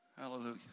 hallelujah